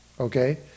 Okay